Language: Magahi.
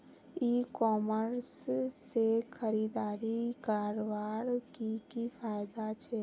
ई कॉमर्स से खरीदारी करवार की की फायदा छे?